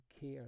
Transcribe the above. care